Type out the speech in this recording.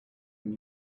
when